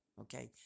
Okay